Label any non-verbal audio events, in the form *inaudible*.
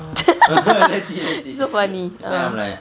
*laughs* so funny err